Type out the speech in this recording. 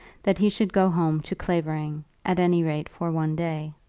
that he should go home to clavering, at any rate for one day.